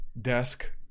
desk